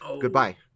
goodbye